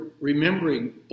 remembering